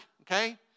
okay